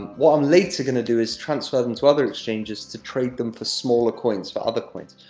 what i'm later going to do, is transfer them to other exchanges, to trade them for smaller coins for other coins.